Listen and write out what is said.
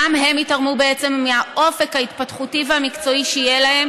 גם הם ייתרמו מהאופק ההתפתחותי והמקצועי שיהיה להם